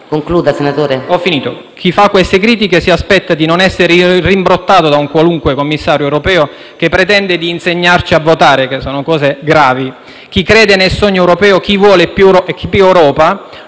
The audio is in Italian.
il loro potere. Chi fa queste critiche si aspetta di non essere rimbrottato da un qualunque commissario europeo che pretende di insegnarci a votare (una cosa grave). Chi crede nel sogno europeo e vuole più Europa